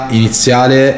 iniziale